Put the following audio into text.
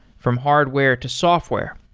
from hardware to software,